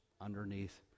underneath